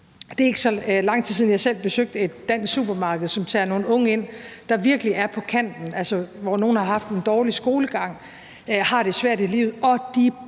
Det er ikke så lang tid siden, at jeg selv besøgte et dansk supermarked, som tager nogle unge ind, der virkelig er på kanten, og hvor nogle af dem har haft en dårlig skolegang og har det svært i livet – og de